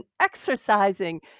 exercising